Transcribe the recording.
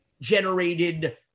generated